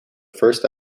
first